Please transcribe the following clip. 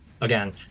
again